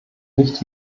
nicht